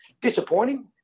disappointing